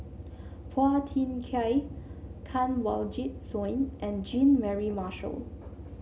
Phua Thin Kiay Kanwaljit Soin and Jean Mary Marshall